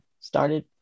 started